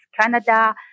Canada